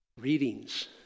readings